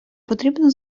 потрібно